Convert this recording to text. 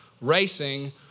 racing